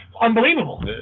unbelievable